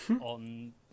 on